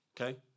okay